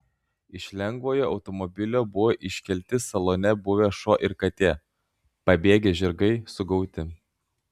iš lengvojo automobilio buvo iškelti salone buvę šuo ir katė pabėgę žirgai sugauti